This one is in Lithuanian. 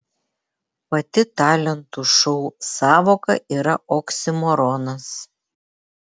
pati talentų šou sąvoka yra oksimoronas